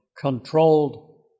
controlled